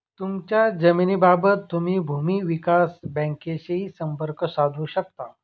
तुमच्या जमिनीबाबत तुम्ही भूमी विकास बँकेशीही संपर्क साधू शकता